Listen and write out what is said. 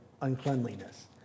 uncleanliness